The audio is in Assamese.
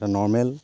এতিয়া নৰ্মেল